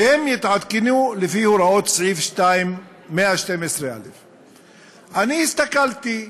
והם יתעדכנו לפי הוראות סעיף 112א. אני הסתכלתי,